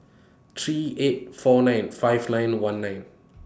three eight four nine five nine one nine